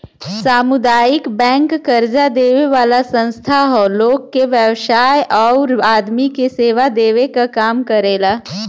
सामुदायिक बैंक कर्जा देवे वाला संस्था हौ लोग के व्यवसाय आउर आदमी के सेवा देवे क काम करेला